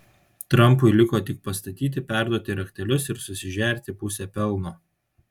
trampui liko tik pastatyti perduoti raktelius ir susižerti pusę pelno